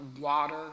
water